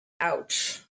Ouch